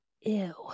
Ew